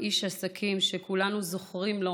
איש עסקים שכולנו זוכרים לו